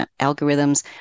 algorithms